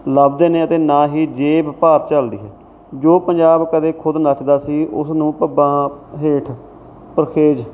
ਲੱਭਦੇ ਨੇ ਅਤੇ ਨਾ ਹੀ ਜੇਬ ਭਾਰ ਝੱਲਦੀ ਹੈ ਜੋ ਪੰਜਾਬ ਕਦੇ ਖੁਦ ਨੱਚਦਾ ਸੀ ਉਸਨੂੰ ਪੱਬਾਂ ਹੇਠ ਪਰਖੇਜ